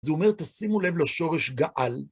זה אומר, תשימו לב לו שורש גאל.